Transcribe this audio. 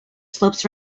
slopes